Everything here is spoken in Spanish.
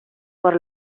por